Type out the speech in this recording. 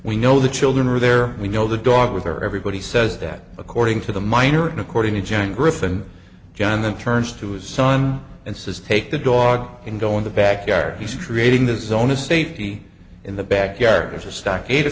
we know the children are there we know the dog with her everybody says that according to the miner and according to general thing john then turns to his son and says take the dog and go in the back yard he's creating this zone of safety in the backyard there's a